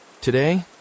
Today